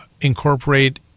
incorporate